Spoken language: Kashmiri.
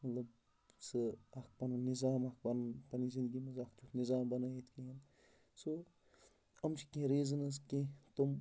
طلب سُہ اَکھ پَنُن نِظام اَکھ پَنُن پنٛنہِ زندگی منٛز اَکھ نِظام بنٲوِتھ کِہیٖنۍ سو یِم چھِ کینٛہہ ریٖزَنٕز کہِ تِم